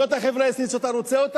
זו החברה הישראלית שאתה רוצה?